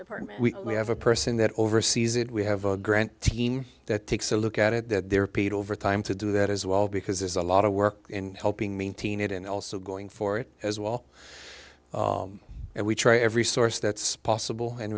department we have a person that oversees it we have a grant team that takes a look at it that they're paid overtime to do that as well because there's a lot of work in helping maintain it and also going for it as well and we try every source that's possible and